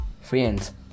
Friends